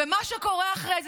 ומה שקורה אחרי זה,